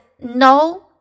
no